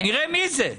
נראה מי זה.